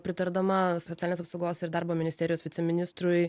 pritardama socialinės apsaugos ir darbo ministerijos viceministrui